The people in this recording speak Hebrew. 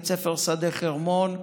בית ספר שדה חרמון,